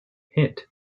hit